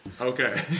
okay